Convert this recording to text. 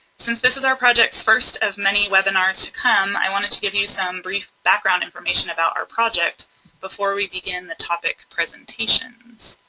since this is our projects first of many webinars to come, i wanted to give you some brief background information about our project before we begin the topic presentations.